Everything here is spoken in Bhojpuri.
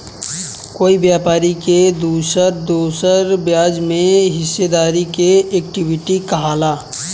कोई व्यापारी के दोसर दोसर ब्याज में हिस्सेदारी के इक्विटी कहाला